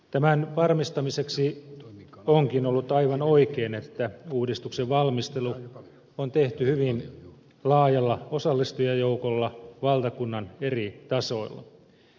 tämän varmistamiseksi onkin ollut aivan oikein että uudistuksen valmistelu on tehty hyvin laajalla osallistujajoukolla valtakunnan eri tasoilla